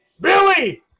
Billy